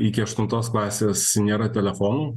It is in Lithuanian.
iki aštuntos klasės nėra telefonų